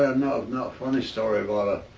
ah no, no. a funny story about a